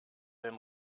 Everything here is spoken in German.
den